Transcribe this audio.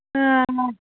ꯑꯥ